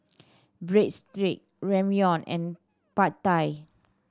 Breadstick Ramyeon and Pad Thai